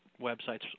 websites